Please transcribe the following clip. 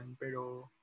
pero